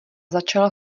začala